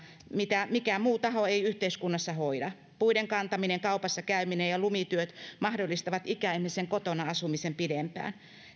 mitä mikään muu taho ei yhteiskunnassa hoida puiden kantaminen kaupassa käyminen ja lumityöt mahdollistavat ikäihmisten kotona asumisen pidempään